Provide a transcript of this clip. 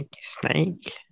snake